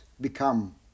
become